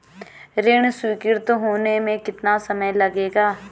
ऋण स्वीकृति होने में कितना समय लगेगा?